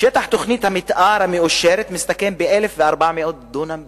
שטח תוכנית המיתאר המאושרת מסתכם ב-1,400 דונם בלבד,